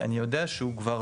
אני יודע שהוא כבר